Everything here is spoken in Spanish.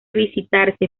visitarse